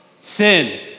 Sin